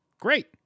great